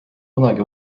kunagi